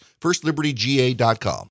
firstlibertyga.com